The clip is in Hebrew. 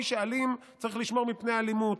מי שאלים, צריך לשמור מפני אלימות.